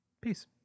Peace